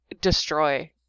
destroy